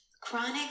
chronic